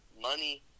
money